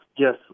Yes